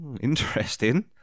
Interesting